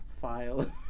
file